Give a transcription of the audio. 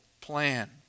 plan